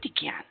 again